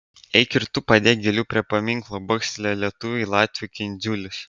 eik ir tu padėk gėlių prie paminklo bakstelėjo lietuviui latvių kindziulis